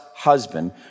husband